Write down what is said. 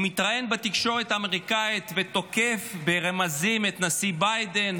הוא מתראיין בתקשורת האמריקנית ותוקף ברמזים את הנשיא ביידן,